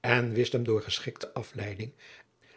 en wist hem door geschikte afleiding